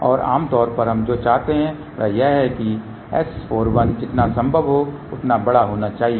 और आमतौर पर हम जो चाहते हैं वह यह है कि S41 जितना संभव हो उतना बड़ा होना चाहिए